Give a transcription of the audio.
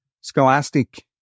Scholastic